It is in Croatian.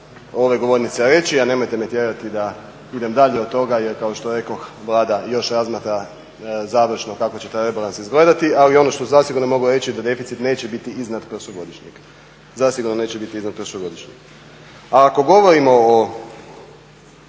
ove govornice reći, a nemojte me tjerati da idem dalje od toga jer kao što rekoh Vlada još razmatra završno kako će taj rebalans izgledati, ali ono što zasigurno mogu reći da deficit neće biti iznad prošlogodišnjeg, zasigurno